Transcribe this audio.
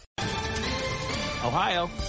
ohio